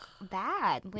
bad